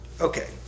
okay